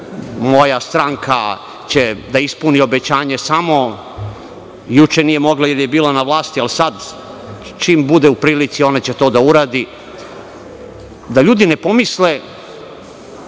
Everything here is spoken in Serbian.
moja stranka će da ispuni obećanje samo, juče nije mogla, a sada čim bude u prilici ona će to da uradi, da ljudi ne pomisle